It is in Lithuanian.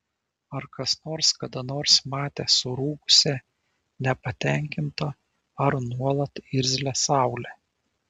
ar kas nors kada nors matė surūgusią nepatenkintą ar nuolat irzlią saulę